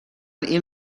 این